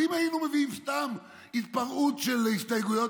אז אם היינו מביאים סתם התפרעות של הסתייגויות,